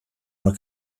una